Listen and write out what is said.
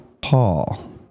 Paul